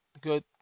good